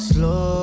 Slow